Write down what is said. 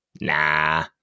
Nah